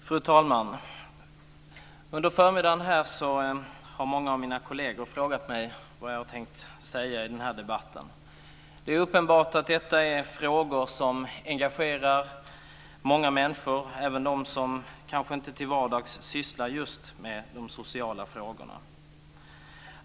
Fru talman! Under förmiddagen har många av mina kolleger frågat mig vad jag har tänkt säga i den här debatten. Det är uppenbart att detta är frågor som engagerar många människor, även de som kanske inte till vardags sysslar med just de sociala frågorna.